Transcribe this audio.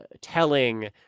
telling